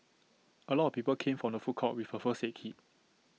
A lot of people came from the food court with A first said kit